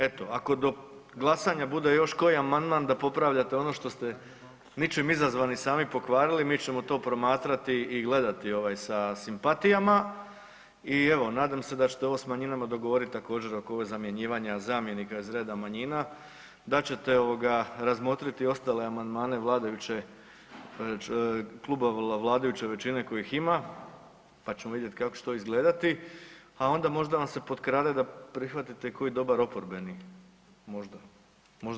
Eto, ako do glasanja bude još koji amandman da popravljate ono što ste ničim izazvani sami pokvarili, mi ćemo to promatrati i gledati sa simpatijama i evo nadam se da ćete ovo s manjinama dogovoriti također oko ovog zamjenika iz reda manjina, da ćete razmotriti ostale amandmane vladajuće klubova vladajuće većine kojih ima pa ćemo vidjeti kako će to izgledati, a onda možda vam se potkrade da prihvatite koji dobar oporbeni možda.